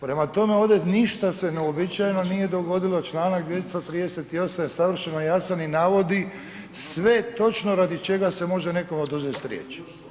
Prema tome, ovdje ništa se neuobičajeno nije dogodilo, članak 238. je savršeno jasan i navodi sve točno radi čega se može nekome oduzeti riječ.